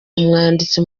umwanditsi